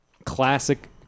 Classic